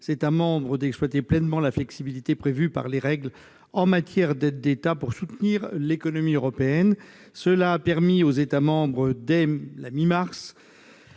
États membres d'exploiter pleinement la flexibilité prévue par les règles en matière d'aides d'État pour soutenir l'économie européenne. Cela a permis aux États membres de mettre